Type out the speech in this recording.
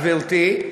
גברתי,